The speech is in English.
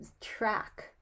track